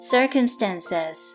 Circumstances